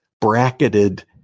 bracketed